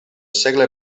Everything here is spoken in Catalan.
segle